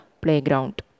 playground